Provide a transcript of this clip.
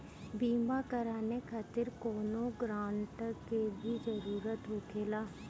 बीमा कराने खातिर कौनो ग्रानटर के भी जरूरत होखे ला?